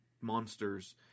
monsters